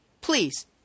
please